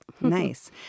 Nice